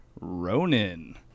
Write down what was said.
Ronan